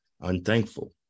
unthankful